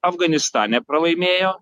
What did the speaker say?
afganistane pralaimėjo